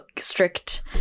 strict